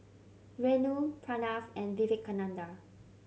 Renu Pranav and Vivekananda